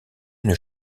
une